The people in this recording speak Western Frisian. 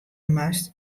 moast